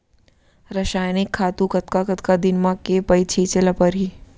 रसायनिक खातू कतका कतका दिन म, के पइत छिंचे ल परहि?